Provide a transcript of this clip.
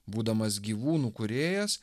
būdamas gyvūnų kūrėjas